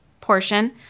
portion